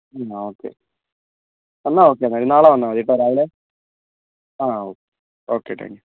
എന്നാൽ ഓക്കെ എന്നാൽ okay ma'am നാളെ വന്നാൽ മതി കേട്ടോ രാവിലെ ആ ഓക്കെ ഓക്കെ താങ്ക് യു